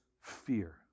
fear